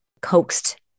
coaxed